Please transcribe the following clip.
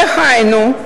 דהיינו,